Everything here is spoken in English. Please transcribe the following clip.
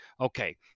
Okay